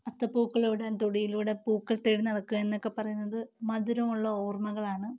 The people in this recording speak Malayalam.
അത്തപ്പൂക്കളമിടാൻ തൊടിയിലൂടെ പൂക്കൾ തേടി നടക്കുക എന്നൊക്കെ പറയുന്നത് മധുരമുള്ള ഓർമകളാണ്